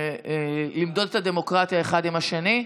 למדוד את הדמוקרטיה אחד מול השני.